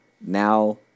Now